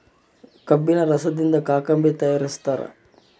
ಕಬ್ಬಿಣ ರಸದಿಂದ ಕಾಕಂಬಿ ತಯಾರಿಸ್ತಾರ